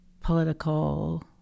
political